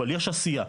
אבל יש עשייה,